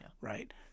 Right